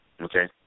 okay